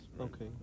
okay